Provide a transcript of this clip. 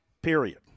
Period